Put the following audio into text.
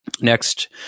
next